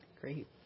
great